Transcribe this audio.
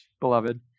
beloved